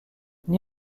n’y